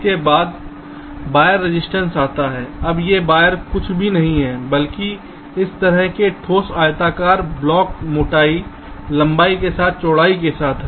इसके बाद wire resistance आता है अब ये वायर कुछ भी नहीं हैं बल्कि इस तरह के ठोस आयताकार ब्लॉक मोटाई लंबाई के साथ चौड़ाई के साथ हैं